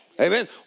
Amen